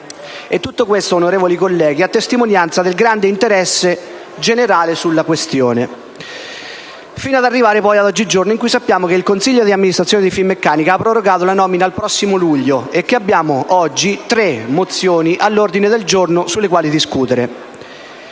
Tutto questo, onorevoli colleghi, a testimonianza del grande interesse generale sulla questione. Fino ad arrivare poi ad oggigiorno, in cui sappiamo che il consiglio di amministrazione di Finmeccanica ha prorogato la nomina al prossimo luglio e che abbiamo tre mozioni all'ordine del giorno sulle quali discutere.